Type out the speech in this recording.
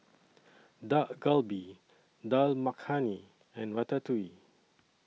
Dak Galbi Dal Makhani and Ratatouille